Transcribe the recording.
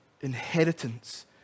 inheritance